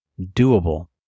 doable